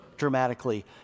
dramatically